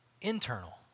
internal